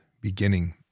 beginning